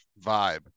vibe